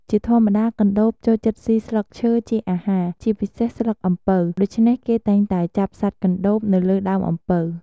ជាធម្មតា កណ្តូបចូលចិត្តស៊ីស្លឹកឈើជាអាហារ ជាពិសេសស្លឹកអំពៅ ដូច្នេះគេតែងតែចាប់សត្វកណ្តួបនៅលើដើមអំពៅ។